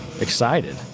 excited